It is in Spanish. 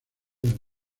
del